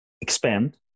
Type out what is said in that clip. expand